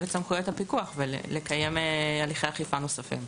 את סמכויות הפיקוח ולקיים הליכי אכיפה נוספים.